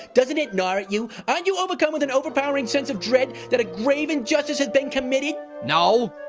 doesn't it gnaw at you? aren't you overcome with an overpowering sense of dread, that a grave injustice has been committed? no.